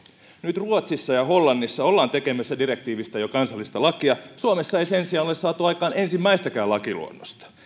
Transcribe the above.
nyt ruotsissa ja hollannissa ollaan tekemässä direktiivistä jo kansallista lakia suomessa ei sen sijaan ole saatu aikaan ensimmäistäkään lakiluonnosta